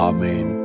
Amen